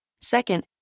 Second